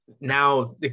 now –